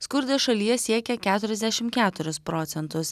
skurdas šalyje siekia keturiasdešim keturis procentus